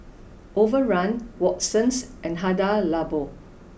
overrun Watsons and Hada Labo